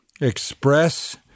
express